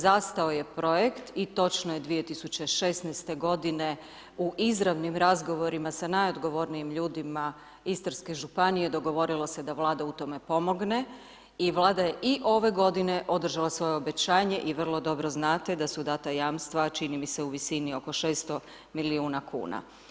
Zastao je projekt i točno je 2016. godine u izravnim razgovorima sa najodgovornijim ljudima Istarske županije, dogovorilo se da Vlada u tome pomogne i Vlada je i ove godine održala svoje obećanje i vrlo dobro znate da su data jamstva, čini mi se u visini oko 600 milijuna kuna.